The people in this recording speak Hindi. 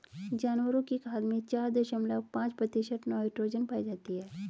जानवरों की खाद में चार दशमलव पांच प्रतिशत नाइट्रोजन पाई जाती है